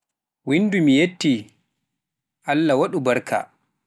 Winndu; Miyetti Allah waɗu barka.